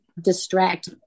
distract